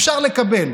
אפשר לקבל.